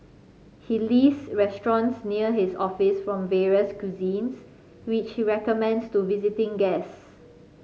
he list restaurants near his office from various cuisines which he recommends to visiting guest